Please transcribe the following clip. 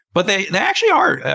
but they they actually are.